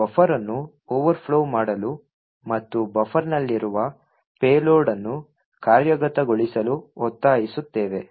ನಾವು ಬಫರ್ ಅನ್ನು ಓವರ್ಫ್ಲೋ ಮಾಡಲು ಮತ್ತು ಬಫರ್ನಲ್ಲಿರುವ ಪೇಲೋಡ್ ಅನ್ನು ಕಾರ್ಯಗತಗೊಳಿಸಲು ಒತ್ತಾಯಿಸುತ್ತೇವೆ